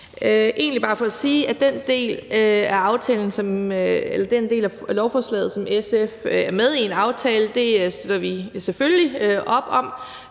egentlig bare for at sige, at den del af lovforslaget, som SF er med i en aftale om, bakker vi selvfølgelig op om,